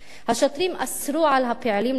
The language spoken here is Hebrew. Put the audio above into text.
השוטרים אסרו על הפעילים לצאת,